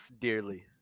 dearly